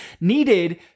needed